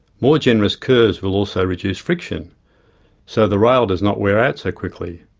more generous curves will also reduce friction so the rail does not wear out so quickly.